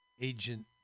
agent